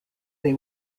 they